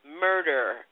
murder